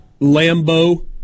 Lambo